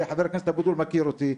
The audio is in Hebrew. וחבר הכנסת אבוטבול מכיר אותי.